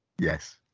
Yes